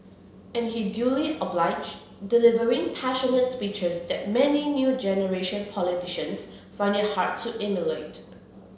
and he duly obliged delivering passionate speeches that many new generation politicians find it hard to emulate